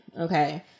Okay